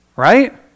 Right